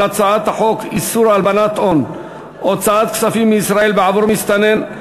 הצעת חוק איסור הלבנת הון (הוצאת כספים מישראל בעבור מסתנן,